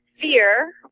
fear